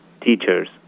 teachers